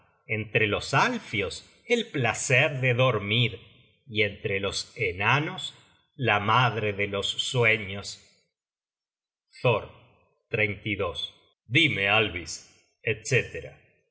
entre los alfios el placer de dormir y entre los enanos la madre de los sueños thor dime alvis